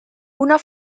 una